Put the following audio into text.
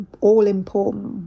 all-important